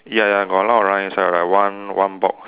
ya ya got a lot of lines ah like one one box